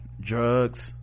drugs